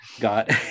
got